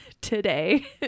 today